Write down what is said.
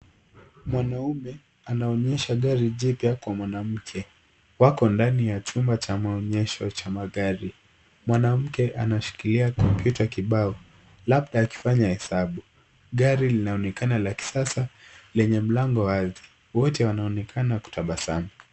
Mwanaume anaonyesha gari jipywa kwa mwanamke, wako ndani ya jumba cha maonyesho cha magari. Mwanamke anashikilia kompyuta kibao labda akifanya hesabu. Gari linaonekana la kisasa lenye mlango wazi . Wote wanaonekana kutabasamu.